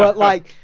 but like,